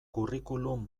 curriculum